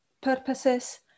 purposes